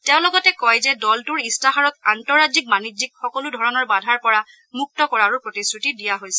তেওঁ লগতে কয় যে দলটোৰ ইস্তাহাৰত আন্তঃৰাজ্যিক বাণিজ্যক সকলোধৰণৰ বাধাৰ পৰা মুক্ত কৰাৰো প্ৰতিশ্ৰুতি দিয়া হৈছিল